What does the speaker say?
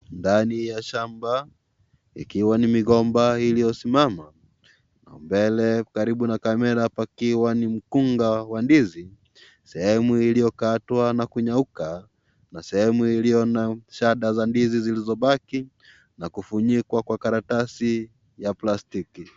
Ndani ya shamba ikiwa ni migomba iliyosimama na mbele karibu na kamera pakiwa ni mkunga wa ndizi sehemu iliyokatwa na kunyauka na sehemu iliyo na shada za ndizi zilizobaki na kufunikwa kwa karatasi ya plastiki.